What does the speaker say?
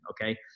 Okay